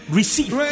receive